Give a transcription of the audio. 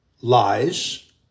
lies